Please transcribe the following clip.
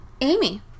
Amy